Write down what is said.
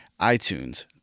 iTunes